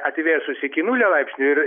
atvėsus iki nulio laipsnių ir